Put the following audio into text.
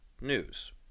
news